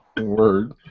Word